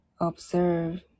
Observe